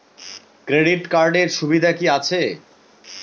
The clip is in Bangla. ক্রেডিট কার্ডের সুবিধা কি আছে?